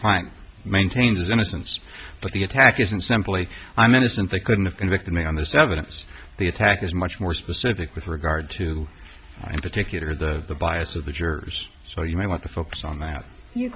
client maintains his innocence but the attack isn't simply i'm innocent they couldn't convict me on this evidence the attack is much more specific with regard to particular that the bias of the jurors so you might want to focus on that you